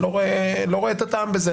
אני לא רואה את הטעם בזה,